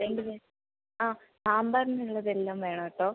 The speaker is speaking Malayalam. രണ്ടിന് ആ സാമ്പാറിനുള്ളതെല്ലാം വേണം കേട്ടോ